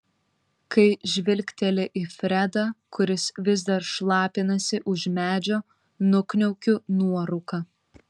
kai žvilgteli į fredą kuris vis dar šlapinasi už medžio nukniaukiu nuorūką